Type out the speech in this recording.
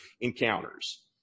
encounters